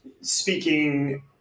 speaking